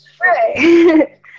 Right